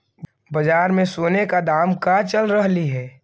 बाजार में सोने का दाम का चल रहलइ हे